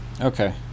Okay